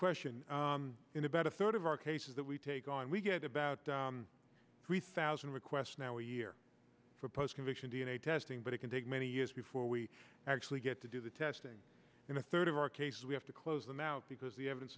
question in about a third of our cases that we take on we get about three thousand requests now year for post conviction d n a testing but it can take many years before we actually get to do the testing and a third of our case we have to close them out because the evidence